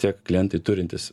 tiek klientai turintys